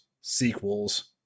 sequels